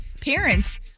parents